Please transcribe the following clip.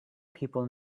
people